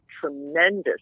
tremendous